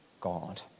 God